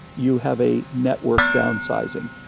you have a network downsizing.